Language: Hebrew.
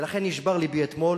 ולכן נשבר לבי אתמול.